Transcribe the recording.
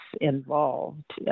involved